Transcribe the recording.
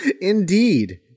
Indeed